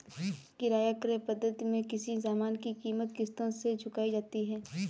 किराया क्रय पद्धति में किसी सामान की कीमत किश्तों में चुकाई जाती है